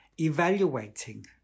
evaluating